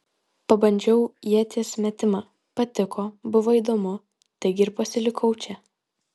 pabandžiau ieties metimą patiko buvo įdomu taigi ir pasilikau čia